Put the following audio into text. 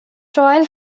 trial